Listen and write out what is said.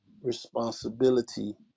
responsibility